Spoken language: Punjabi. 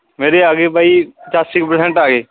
ਮੇਰੇ ਆਗੇ ਬਾਈ ਪਚਾਸੀ ਕੁ ਪ੍ਰਸੈਂਟ ਆ ਗਏ